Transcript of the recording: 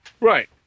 Right